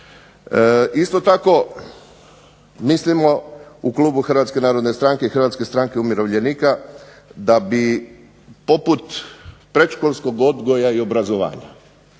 Isto tako mislimo u Klubu Hrvatske narodne stranke i Hrvatske stranke umirovljenika da bi poput predškolskog odgoja i obrazovanja